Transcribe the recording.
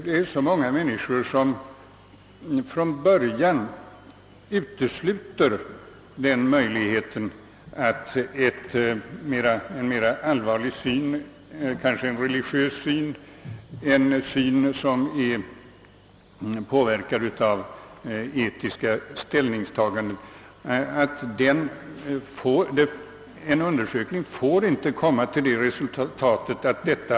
Det finns många människor som från början utesluter möjligheten av att en mera allvarlig och kanske religiös syn, grundad på etiska ställningstaganden, kan ha ett positivt inflytande på de aktuella problemen.